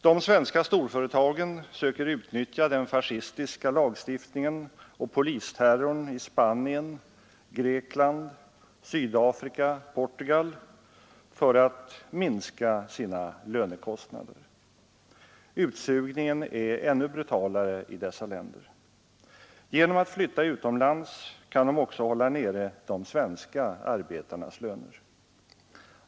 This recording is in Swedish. De svenska storföretagen söker utnyttja den fascistiska lagstiftningen och polister rorn i Spanien, Grekland, Sydafrika och Portugal för att minska sina lönekostnader. Utsugningen är ännu brutalare i dessa länder. Genom att flytta utomlands kan de också hålla nere de svenska arbetarnas löner.